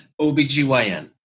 OBGYN